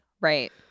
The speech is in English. Right